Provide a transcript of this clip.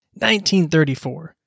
1934